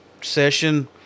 session